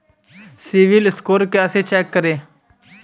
CIBIL score कैसे चेक करें?